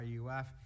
RUF